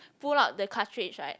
pull out the cartridge right